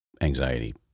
anxiety